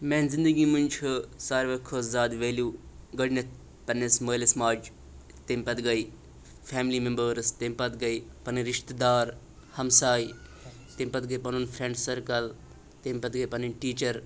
میٛانہِ زندگی منٛز چھِ ساروی کھۄتہٕ زیادٕ ویلیوٗ گۄڈٕنٮ۪تھ پنٛنِس مٲلِس ماجہِ تَمہِ پتہٕ گٔے فیملی مِمبٲرٕس تَمہِ پتہٕ گٔے پنٕنۍ رِشتہٕ دار ہمساے تَمہِ پتہٕ گٔے پنُن فرٛٮ۪نٛڈ سٔرکَل تَمہِ پتہٕ گٔے پنٕنۍ ٹیٖچَر